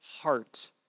heart